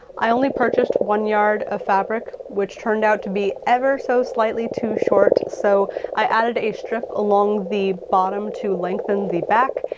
i only purchased one yard of fabric, which turned out to be ever-so-slightly too short, so i added a strip along the bottom to lengthen the back.